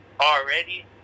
already